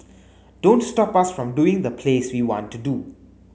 don't stop us from doing the plays we want to do